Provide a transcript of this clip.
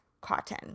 cotton